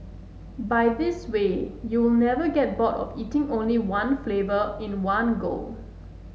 by this way you will never get bored of eating only one flavour in one go